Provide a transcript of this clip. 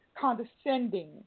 condescending